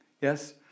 Yes